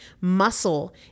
Muscle